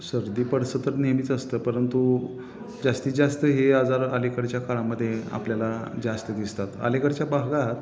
सर्दी पडसं तर नेहमीच असतं परंतु जास्तीत जास्त हे आजार अलीकडच्या काळामध्ये आपल्याला जास्त दिसतात आलीकडच्या भागात